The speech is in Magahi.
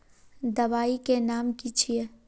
दबाई के नाम की छिए?